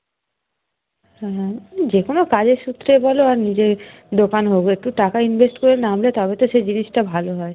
হুম যে কোনো কাজের সূত্রে বলো আর নিজের দোকান বলো একটু টাকা ইনভেস্ট করে নামলে তবে তো সে জিনিসটা ভালো হয়